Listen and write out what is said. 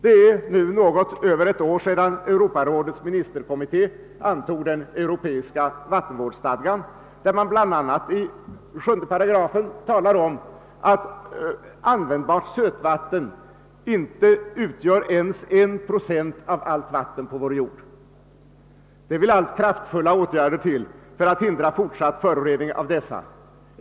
Det är nu något över ett år sedan Europarådets ministerkommitté antog den europeiska vattenvårdsstadgan, där det i 7 § talas om att användbart sötvatten inte utgör ens 1 procent av allt vatten på vår jord. Det vill allt kraftfulla åtgärder till för att hindra en fortsatt förorening av dessa!